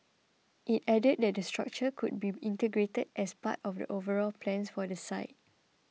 it added that the structure could be integrated as part of the overall plans for the site